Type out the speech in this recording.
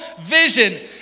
vision